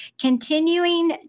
continuing